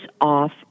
off